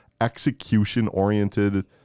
execution-oriented